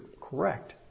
correct